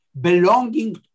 belonging